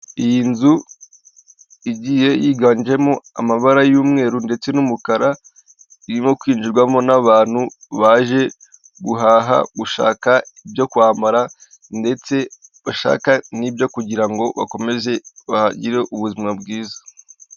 Iyi nzu igiye yiganjemo amabara y'umweru ndetse n'umukara irimo kwinjirwamo n'abantu baje guhaha gushaka ibyo kwambara ndetse bashaka n'ibyo kugira ngo bakomeze bahagire ubuzima bwiza.